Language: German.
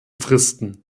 fristen